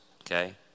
okay